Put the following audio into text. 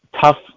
tough